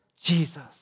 Jesus